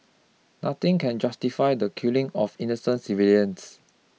nothing can justify the killing of innocent civilians